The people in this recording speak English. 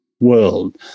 world